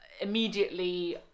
immediately